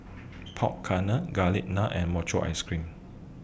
Pork Garlic Naan and Mochi Ice Cream